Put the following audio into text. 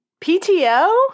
PTO